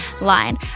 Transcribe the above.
line